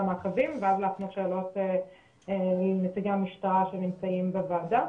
המעקבים ואז להפנות שאלות לנציגי המשטרה שנמצאים בוועדה.